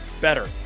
better